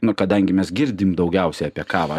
nu kadangi mes girdim daugiausiai apie kavą